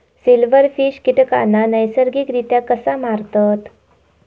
Silverfish कीटकांना नैसर्गिकरित्या कसा मारतत?